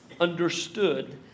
understood